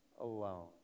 alone